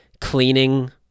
cleaning